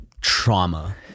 trauma